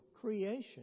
creation